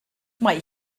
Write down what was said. mae